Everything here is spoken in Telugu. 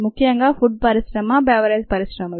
ముఖ్యంగా ఫుడ్ పరిశ్రమ బెవరేజ్ పరిశ్రమలు